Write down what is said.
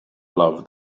love